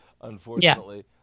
Unfortunately